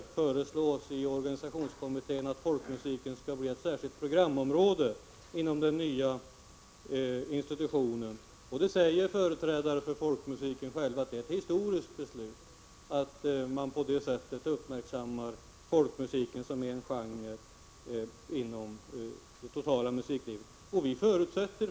Här föreslås i organisationskommittén att folkmusiken skall bli ett särskilt programområde inom den nya institutionen. Företrädare för folkmusiken säger att det är ett historiskt beslut att på detta sätt uppmärksamma folkmusiken att göra den till en särskild genre inom det totala musiklivet.